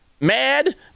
Mad